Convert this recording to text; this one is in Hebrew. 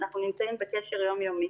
אנחנו נמצאים בקשר יום-יומי.